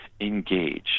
Engage